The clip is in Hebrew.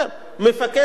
מפקד צה"ל,